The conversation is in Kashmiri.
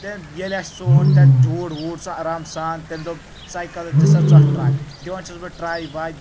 تٔمۍ ییٚلہِ اسہِ سُہ اوٚن تَتہِ سُہ جوٗڑ ووٗڑ سُہ آرام سان تٔمۍ دوٚپ سایکَلس دِسا ژٕ اتھ ٹراے دِوَان چھُس بہٕ ٹراے واے